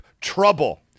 trouble